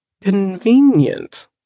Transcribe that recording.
Convenient